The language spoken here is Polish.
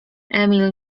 emil